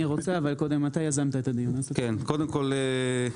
קודם כל,